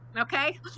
okay